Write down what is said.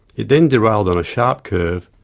it then derailed on a sharp curve,